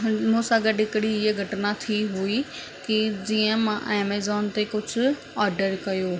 मूं सां हिकड़ी इहा घटना थी हुई की जीअं मां एमेज़ॉन ते कुझु ऑडर कयो